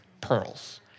pearls